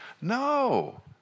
No